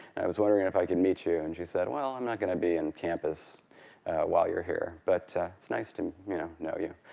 i was wondering and if i could meet you, and she said, well, i'm not going to be on and campus while you're here, but it's nice to you know know you.